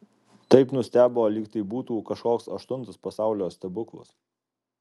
taip nustebo lyg tai būtų kažkoks aštuntas pasaulio stebuklas